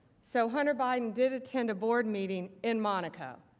so hunter biden did attend a board meeting in monaco.